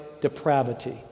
depravity